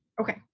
okay